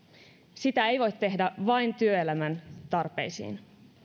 sitä ei voi tehdä vain työelämän tarpeisiin